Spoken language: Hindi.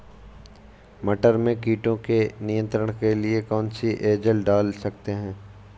मटर में कीटों के नियंत्रण के लिए कौन सी एजल डाल सकते हैं?